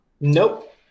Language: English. Nope